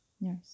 Nurse